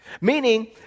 meaning